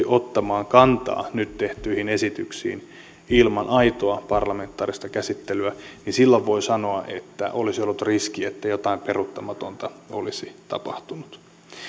ottamaan kantaa nyt tehtyihin esityksiin ilman aitoa parlamentaarista käsittelyä niin silloin voi sanoa että olisi ollut riski että jotain peruuttamatonta olisi tapahtunut